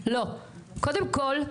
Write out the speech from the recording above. קודם כול,